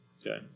Okay